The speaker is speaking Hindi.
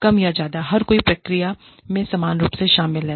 कम या ज्यादा हर कोई प्रक्रिया में समान रूप से शामिल है